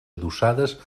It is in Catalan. adossades